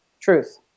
Truth